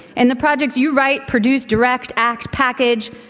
and the projects you write, produce, direct, act, package,